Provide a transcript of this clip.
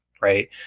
Right